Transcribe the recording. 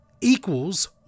equals